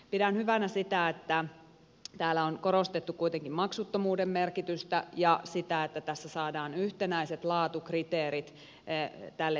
pidän hyvänä sitä että täällä on korostettu kuitenkin maksuttomuuden merkitystä ja sitä että tässä saadaan yhtenäiset laatukriteerit tälle toiminnalle